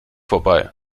vorbei